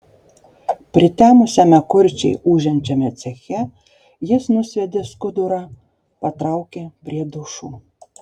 pritemusiame kurčiai ūžiančiame ceche jis nusviedė skudurą patraukė prie dušų